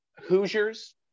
Hoosiers